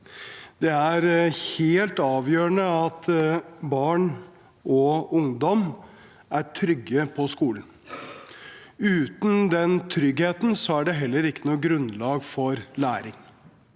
Det er helt avgjørende at barn og ungdom er trygge på skolen. Uten den tryggheten, er det heller ikke noe grunnlag for læring.